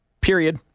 period